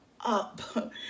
up